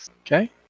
Okay